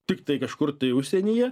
tiktai kažkur tai užsienyje